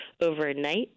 overnight